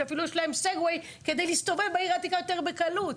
שיש להם אפילו סגווי כדי להסתובב בעיר העתיקה יותר בקלות.